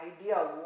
idea